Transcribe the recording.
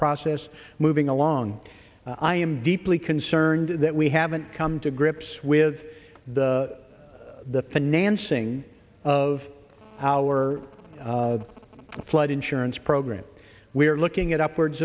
process moving along i am deeply concerned that we haven't come to grips with the the financing of our flood insurance program we are looking at upwards